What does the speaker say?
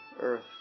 earth